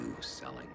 selling